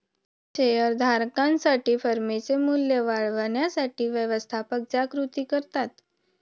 share धारकांसाठी फर्मचे मूल्य वाढवण्यासाठी व्यवस्थापक ज्या कृती करतात